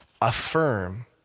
affirm